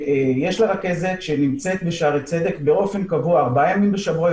יש לה רכזת שנמצאת בשערי צדק באופן קבוע ארבעה ימים בשבוע,